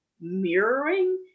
mirroring